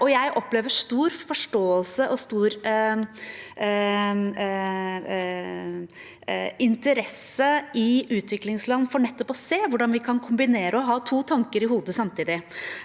Jeg opplever stor forståelse og stor interesse i utviklingsland for nettopp å se på hvordan vi kan kombinere og ha to tanker i hodet samtidig.